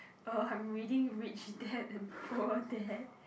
oh I'm reading Rich Dad and Poor Dad